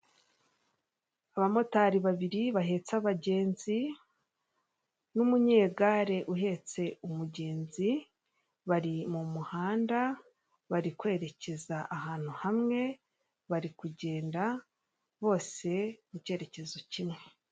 Abamotari babiri bahetse abagenzi, n'umunyegare uhetse umugenzi, bari mu muhanda, bari kwerekeza ahantu hamwe, bari kugenda bose mu cyerekezo kimwe.